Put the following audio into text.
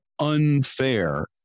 unfair